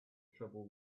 trouble